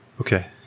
Okay